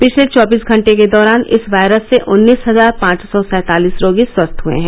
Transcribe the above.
पिछले चौबीस घंटे के दौरान इस वायरस से उन्नीस हजार पांच सौ सैंतालिस रोगी स्वस्थ हए हैं